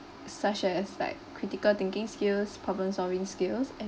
such as like critical thinking skills problem solving skills